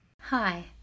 Hi